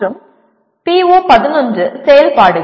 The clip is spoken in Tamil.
மற்றும் PO11 செயல்பாடுகள்